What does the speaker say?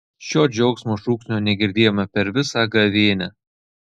šio džiaugsmo šūksnio negirdėjome per visą gavėnią